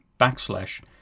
backslash